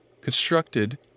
constructed